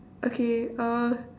okay uh